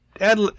add